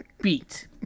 beat